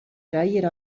freie